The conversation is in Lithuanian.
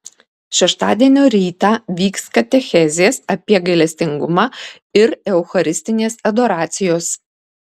šeštadienio rytą vyks katechezės apie gailestingumą ir eucharistinės adoracijos